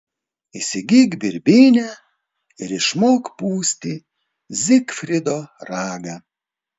įsigyk birbynę ir išmok pūsti zigfrido ragą